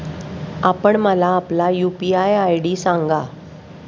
आपण मला आपला यू.पी.आय आय.डी सांगा